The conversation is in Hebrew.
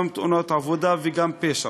גם תאונות דרכים, גם תאונות עבודה וגם פשע.